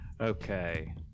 okay